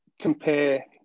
compare